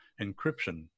encryption